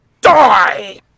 Die